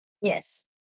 Yes